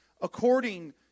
according